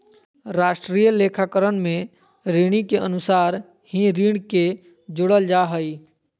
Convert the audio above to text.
राष्ट्रीय लेखाकरण में ऋणि के अनुसार ही ऋण के जोड़ल जा हइ